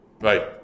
Right